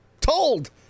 told